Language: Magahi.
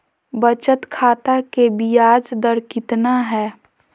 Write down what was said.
बचत खाता के बियाज दर कितना है?